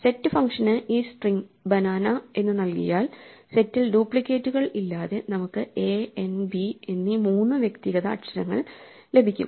set ഫംഗ്ഷന് ഈ string banana എന്ന് നൽകിയാൽ സെറ്റിൽ ഡ്യൂപ്ലിക്കേറ്റുകൾ ഇല്ലാതെ നമുക്ക് a n b എന്നീ മൂന്ന് വ്യക്തിഗത അക്ഷരങ്ങൾ ലഭിക്കും